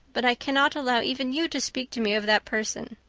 but i cannot allow even you to speak to me of that person.